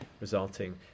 resulting